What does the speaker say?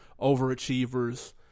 overachievers